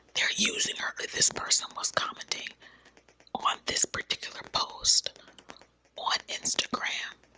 they're using her. this person was commenting on this particular post on instagram